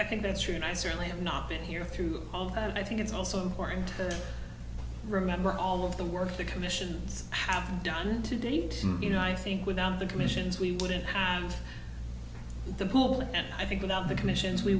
i think that's true and i certainly have not been here through and i think it's also important to remember all of the work the commissions have done to date you know i think without the commissions we wouldn't have the pool and i think without the commissions we